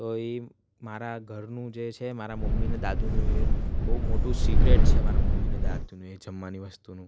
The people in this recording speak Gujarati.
તો એ મારા ઘરનું જે છે મારા મમ્મી અને દાદીનું એ બહુ મોટું સિક્રેટ છે મારા મમ્મી અને દાદીનું એ જમવાની વસ્તુનું